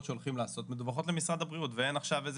שהולכים לעשות מדווחות למשרד הבריאות ואין עכשיו איזה